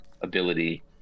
ability